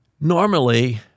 Normally